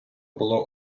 було